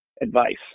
advice